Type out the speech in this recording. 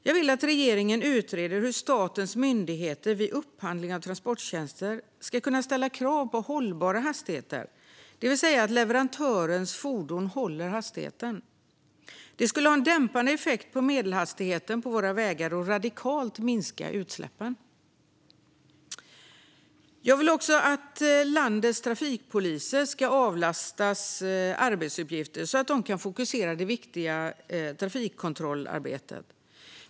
Jag vill att regeringen utreder hur statens myndigheter vid upphandling av transporttjänster ska ställa krav på hållbara hastigheter, det vill säga att leverantörens fordon håller hastigheten. Det skulle ha en dämpande effekt på medelhastigheten på våra vägar och radikalt minska utsläppen. Jag vill att landets trafikpoliser ska avlastas arbetsuppgifter, så att de kan fokusera på det viktiga trafikkontrollarbetet.